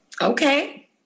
Okay